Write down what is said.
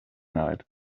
night